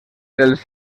dels